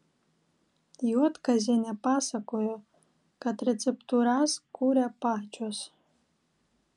juodkazienė pasakojo kad receptūras kuria pačios